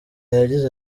yagize